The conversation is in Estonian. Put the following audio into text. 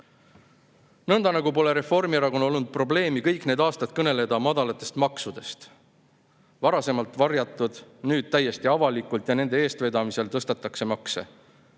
nagu pole Reformierakonnal olnud probleemi kõik need aastad kõneleda madalatest maksudest. Varasemalt varjatult, nüüd täiesti avalikult ja nende eestvedamisel tõstetakse makse.